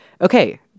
okay